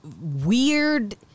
weird